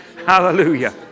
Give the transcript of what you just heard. Hallelujah